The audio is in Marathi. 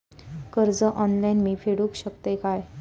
कर्ज ऑनलाइन मी फेडूक शकतय काय?